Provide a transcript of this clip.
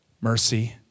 Mercy